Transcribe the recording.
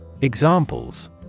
Examples